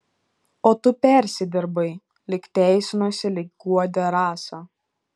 o tu persidirbai lyg teisinosi lyg guodė rasa